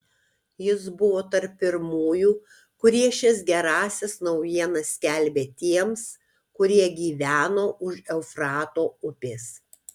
jis buvo tarp pirmųjų kurie šias gerąsias naujienas skelbė tiems kurie gyveno už eufrato upės